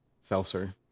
seltzer